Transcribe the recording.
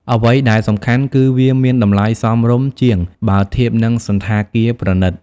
អ្វីដែលសំខាន់គឺវាមាន តម្លៃសមរម្យ ជាងបើធៀបនឹងសណ្ឋាគារប្រណីត។